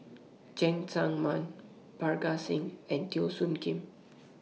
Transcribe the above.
Cheng Tsang Man Parga Singh and Teo Soon Kim